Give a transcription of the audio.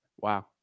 wow